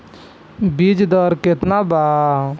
बीज दर केतना बा?